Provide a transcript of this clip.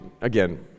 again